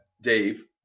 Dave